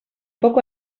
poco